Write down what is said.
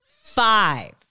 five